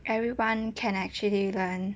everyone can actually learn